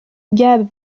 gabe